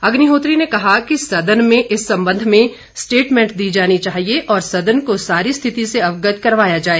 अग्निहोत्री ने कहा कि सदन में इस संबंध में स्टेटमेंट दी जानी चाहिए और सदन को सारी स्थिति से अवगत करवाया जाए